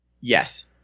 yes